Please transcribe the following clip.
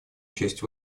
честь